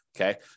okay